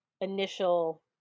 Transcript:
initial